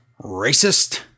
racist